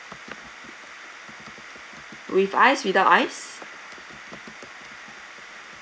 with ice without ice